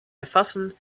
erfassen